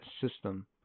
system